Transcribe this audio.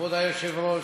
כבוד היושב-ראש,